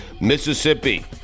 Mississippi